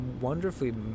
wonderfully